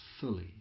fully